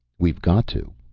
we've got to!